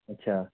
اَچھا